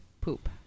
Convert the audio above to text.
poop